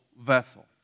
vessel